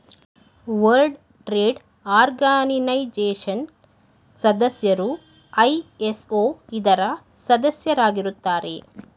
world trade organisation ಸದಸ್ಯರು ISO ಇದರ ಸದಸ್ಯರಾಗಿರುತ್ತಾರೆ